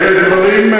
אלה דברים,